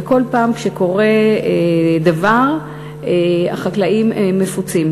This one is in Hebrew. וכל פעם כשקורה דבר החקלאים מפוצים.